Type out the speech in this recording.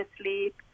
asleep